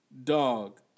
Dog